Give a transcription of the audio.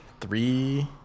three